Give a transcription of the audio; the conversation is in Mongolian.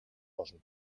болно